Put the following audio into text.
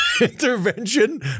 intervention